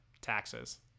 taxes